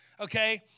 okay